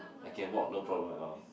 I can walk no problem at all